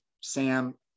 Sam